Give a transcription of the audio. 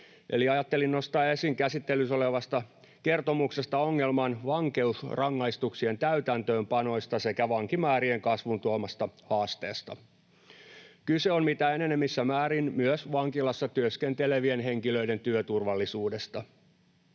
eli ajattelin nostaa esiin käsittelyssä olevasta kertomuksesta ongelman vankeusrangaistuksien täytäntöönpanoista sekä vankimäärien kasvun tuomasta haasteesta. Kyse on mitä enenevissä määrin myös vankilassa työskentelevien henkilöiden työturvallisuudesta.